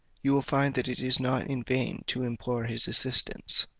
you will find that it is not in vain to implore his assistance.